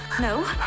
No